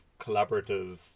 collaborative